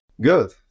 Good